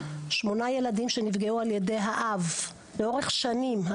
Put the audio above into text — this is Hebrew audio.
שמונה ילדים שנפגעו על ידי האב לאורך שנים.